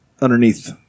Underneath